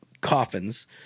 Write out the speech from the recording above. coffins